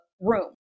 room